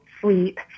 sleep